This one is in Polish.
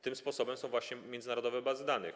Tym sposobem są właśnie międzynarodowe bazy danych.